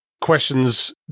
questions